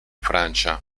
francia